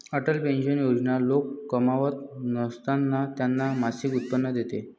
Atal pension Yojana लोक कमावत नसताना त्यांना मासिक उत्पन्न देते